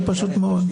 זה פשוט מאוד,